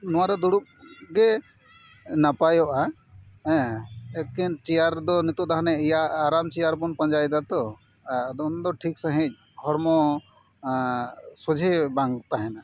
ᱱᱚᱣᱟᱨᱮ ᱫᱩᱲᱩᱵ ᱜᱮ ᱱᱟᱯᱟᱭᱚᱜᱼᱟ ᱦᱮᱸ ᱮᱠᱮᱱ ᱪᱮᱭᱟᱨ ᱫᱚ ᱱᱤᱛᱚᱜ ᱫᱚ ᱦᱟᱱᱮ ᱟᱨᱟᱢ ᱪᱮᱭᱟᱨ ᱵᱚᱱ ᱯᱟᱸᱡᱟᱭ ᱫᱟᱛᱚ ᱟᱫᱚ ᱩᱱᱫᱚ ᱴᱷᱤᱠ ᱥᱟᱺᱦᱤᱡ ᱦᱚᱲᱢᱚ ᱥᱚᱡᱷᱮ ᱵᱟᱝ ᱛᱟᱦᱮᱱᱟ